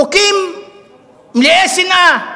חוקים מלאי שנאה.